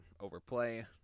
overplay